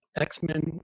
x-men